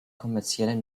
kommerzielle